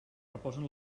reposen